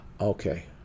Okay